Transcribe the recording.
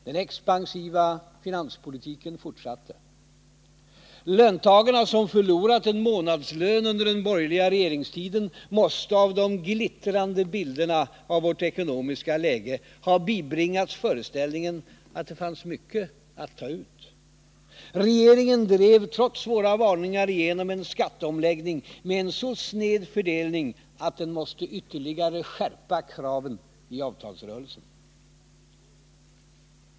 Den expansiva finanspolitiken fortsatte. Löntagarna, som förlorat en månadslön under den borgerliga regeringstiden, måste av de glittrande bilderna av vårt ekonomiska läge ha bibringats föreställningen att det fanns mycket att ta ut. Regeringen drev trots våra varningar igenom en skatteomläggning med en så sned fördelning att den måste ytterligare skärpa kraven i avtalsrörelsen.